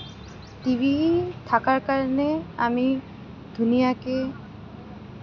TV থকাৰ কাৰণে আমি ধুনীয়াকৈ